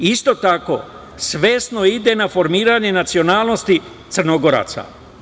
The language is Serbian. Isto tako, svesno ide na formiranje nacionalnosti Crnogoraca.